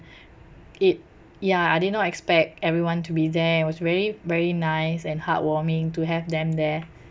it ya I did not expect everyone to be there it was very very nice and heartwarming to have them there